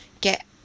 get